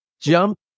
jump